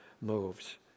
moves